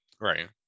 Right